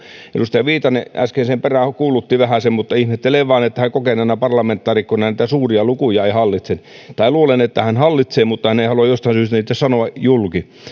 edustaja viitanen äsken sen perään vähäsen kuulutti mutta ihmettelen vain että hän kokeneena parlamentaarikkona ei suuria lukuja hallitse tai luulen että hän hallitsee mutta hän ei halua jostain syystä niitä sanoa julki